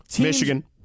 Michigan